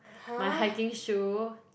my hiking shoe